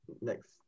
Next